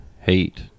Hate